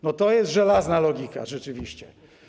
No to jest żelazna logika, rzeczywiście.